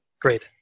Great